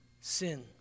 sin